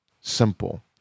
simple